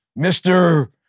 Mr